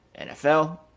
NFL